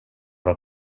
var